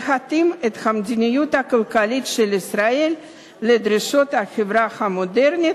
להתאים את המדיניות הכלכלית של ישראל לדרישות החברה המודרנית,